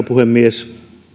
puhemies